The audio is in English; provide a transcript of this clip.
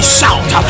shout